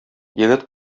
егет